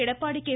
Edappadi K